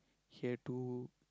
here two